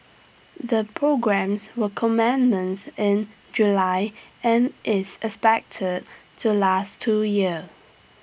the programmes will in July and is expected to last two years